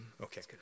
Okay